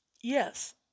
Yes